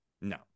No